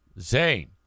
zane